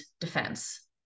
defense